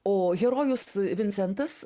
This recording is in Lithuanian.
o herojus vincentas